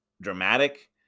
dramatic